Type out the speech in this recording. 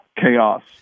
chaos